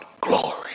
glory